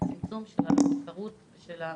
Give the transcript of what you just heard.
צמצום הספסרות והמתווכים.